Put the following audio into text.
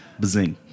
Bazing